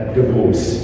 divorce